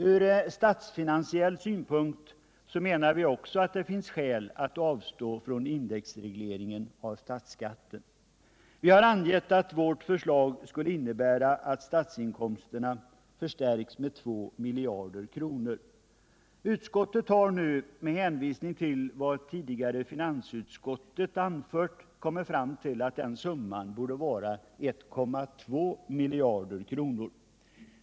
Ur statsfinansiell synpunkt menar vi också att det finns skäl att avstå från indexregleringen av statlsskatten. Vi har angett att vårt förslag skulle innebära att statsinkomsterna förstärktes med 2 miljarder kronor. Utskottet har nu, med hänvisning till vad finansutskottet tidigare anfört, kommit fram till att den summan borde vara 1,2 miljarder kronor.